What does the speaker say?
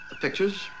pictures